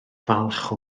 falch